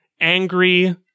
angry